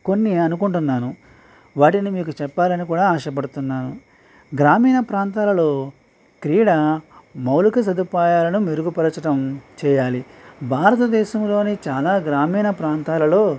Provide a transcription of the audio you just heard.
కొన్ని అనుకుంటున్నాను వాటిని మీకు చెప్పాలని కూడా ఆశపడుతున్నాను గ్రామీణ ప్రాంతాలలో క్రీడా మౌలిక సదుపాయాలను మెరుగుపరచడం చేయాలి భారతదేశంలోని చాలా గ్రామీణ ప్రాంతాలలో